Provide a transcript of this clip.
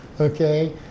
okay